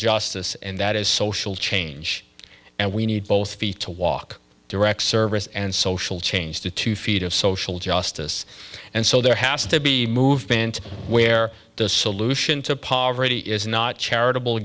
justice and that is social change and we need both feet to walk direct service and social change to two feet of social justice and so there has to be movement where the solution to poverty is not charitable